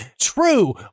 true